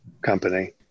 company